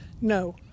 No